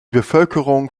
bevölkerung